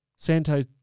Santo